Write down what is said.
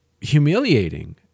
humiliating